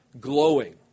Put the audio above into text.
glowing